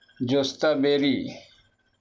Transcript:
جوستتا بیری